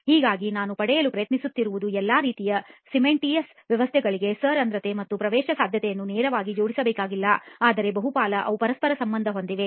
ಹಾಗಾಗಿ ನಾನು ಪಡೆಯಲು ಪ್ರಯತ್ನಿಸುತ್ತಿರುವುದು ಎಲ್ಲಾ ರೀತಿಯ ಸಿಮೆಂಟೀಯಸ್ ವ್ಯವಸ್ಥೆಗಳಿಗೆ ಸರಂಧ್ರತೆ ಮತ್ತು ಪ್ರವೇಶಸಾಧ್ಯತೆಯನ್ನು ನೇರವಾಗಿ ಜೋಡಿಸಬೇಕಾಗಿಲ್ಲ ಆದರೆ ಬಹುಪಾಲು ಅವು ಪರಸ್ಪರ ಸಂಬಂಧ ಹೊಂದಿವೆ